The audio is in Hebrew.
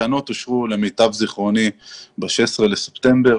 למיטב זיכרוני התקנות אושרו ב-16 בספטמבר.